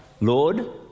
Lord